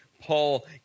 Paul